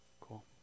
cool